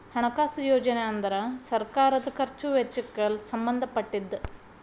ಹಣಕಾಸು ಯೋಜನೆ ಅಂದ್ರ ಸರ್ಕಾರದ್ ಖರ್ಚ್ ವೆಚ್ಚಕ್ಕ್ ಸಂಬಂಧ ಪಟ್ಟಿದ್ದ